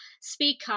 speaker